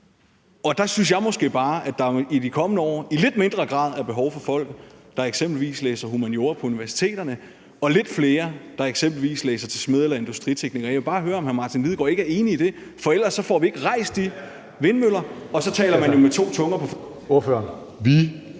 Og der synes jeg måske bare, at der i de kommende år i lidt mindre grad er behov for folk, der eksempelvis læser humaniora på universiteterne, og i større grad behov for lidt flere, der eksempelvis læser til smed eller industritekniker. Jeg vil bare høre, om hr. Martin Lidegaard ikke er enig i det. For ellers får vi ikke rejst de vindmøller, og så taler man jo med to tunger. Kl.